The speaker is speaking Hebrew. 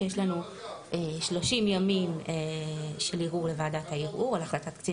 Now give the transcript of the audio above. שיש לנו 30 ימים של ערעור בוועדת הערעור על החלטת קצין